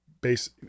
base